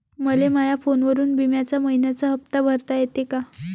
मले माया फोनवरून बिम्याचा मइन्याचा हप्ता भरता येते का?